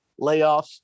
layoffs